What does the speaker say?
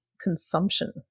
consumption